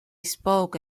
spoke